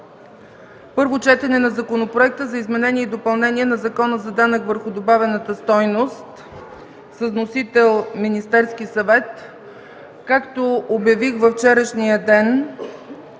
Първо четене на Законопроекта за изменение и допълнение на Закона за данък върху добавената стойност с вносител Министерския съвет, както обявих във вчерашния ден,